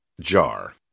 Jar